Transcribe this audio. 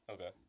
Okay